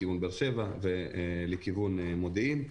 לכיוון באר שבע ולכיוון מודיעין.